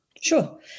Sure